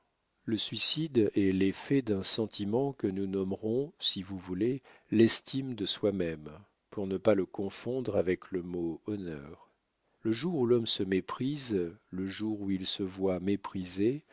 le suicide est l'effet d'un sentiment que nous nommerons si vous le voulez l'estime de soi-même pour ne pas le confondre avec le mot honneur le jour où l'homme se méprise le jour où il se voit méprisé